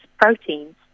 proteins